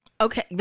Okay